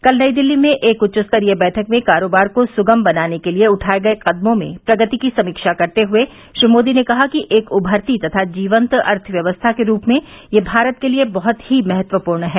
कल नई दिल्ली में एक उच्च स्तरीय बैठक में कारोबार को सुगम बनाने के लिए उठाये गए कदमों में प्रगति की समीक्षा करते हुए श्री मोदी ने कहा कि एक उभरती तथा जीवन्त अर्थव्यवस्था के रूप में यह भारत के लिए बहुत ही महत्वपूर्ण है